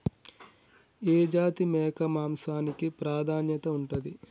ఏ జాతి మేక మాంసానికి ప్రాధాన్యత ఉంటది?